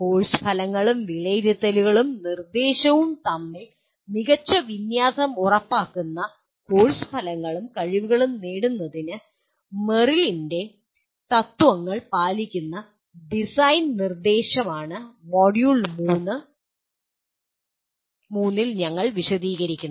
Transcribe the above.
course ഫലങ്ങളും വിലയിരുത്തലും നിർദ്ദേശവും തമ്മിൽ മികച്ച വിന്യാസം ഉറപ്പാക്കുന്ന കോഴ്സ് ഫലങ്ങളും കഴിവുകളും നേടുന്നതിന് മെറിലിന്റെ തത്ത്വങ്ങൾ പാലിക്കുന്ന ഡിസൈൻ നിർദ്ദേശമാണ് മൊഡ്യൂൾ 3 യിൽ ഞങ്ങൾ വിശദീകരിക്കുന്നത്